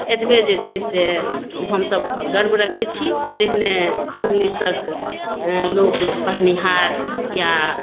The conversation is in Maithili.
एतबे जे छै से हमसभ गर्व रखैत छी जेहने इंग्लिशक लोक पढ़निहार या